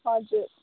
हजुर